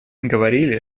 говорили